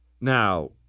Now